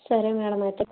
సరే మేడం అయితే